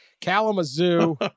Kalamazoo